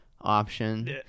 option